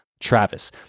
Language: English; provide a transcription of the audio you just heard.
Travis